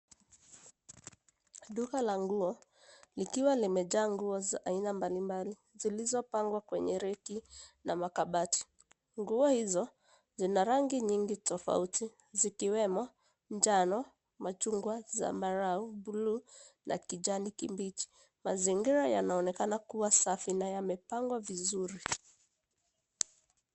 Duka la nguo likiwa limejaa nguo za aina mbalimbali zilizopangwa kwenye reki na makabati. Nguo hizo zina rangi nyingi tofauti zikiwemo, njano, machungwa, zambarau, blue , na kijani kibichi. Mazingira yanaonekana kuwa safi na yamepangwa vizuri.